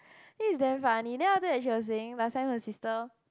then it's damn funny then after that she was saying last time her sister